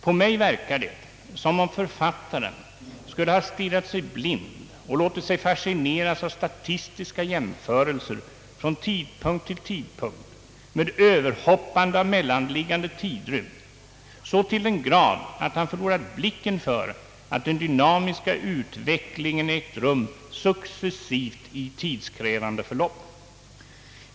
På mig verkar det som om författaren skulle ha stirrat sig blind på och låtit sig fascineras av statistiska jämförelser från tidpunkt till tidpunkt med överhoppande av mellanliggande tidrymd så till den grad att han förlorat blicken för att den dynamiska utvecklingen ägt rum successivt i tidskrävande förlopp.